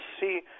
see